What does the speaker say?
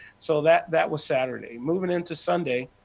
so that that was saturday, moving into sunday.